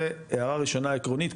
זה הערה ראשונה עקרונית,